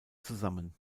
zusammen